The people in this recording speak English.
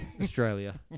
Australia